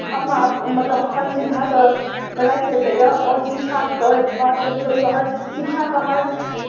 अपना आप मतलब हर सुविधासँ राखि सकैए आओर शिक्षाके बात तऽ छोड़ू हर शिक्षाके हर